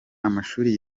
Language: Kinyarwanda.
amashuri